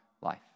life